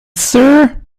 sir